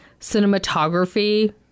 cinematography